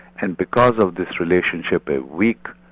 and because of this relationship a weak,